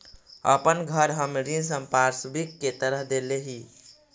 अपन घर हम ऋण संपार्श्विक के तरह देले ही